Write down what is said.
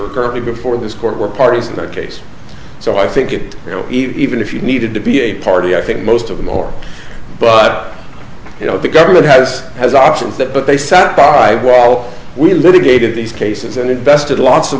are currently before this court were parties in their case so i think it you know even if you needed to be a party i think most of them or but you know the government has has options that but they sat by while we litigated these cases and invested lots of